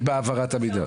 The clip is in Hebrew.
בהעברת המידע?